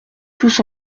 tous